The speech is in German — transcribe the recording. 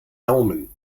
daumen